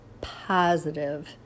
positive